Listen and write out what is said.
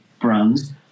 brands